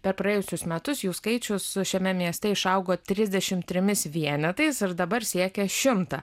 per praėjusius metus jų skaičius šiame mieste išaugo trisdešimt trimis vienetais ir dabar siekia šimtą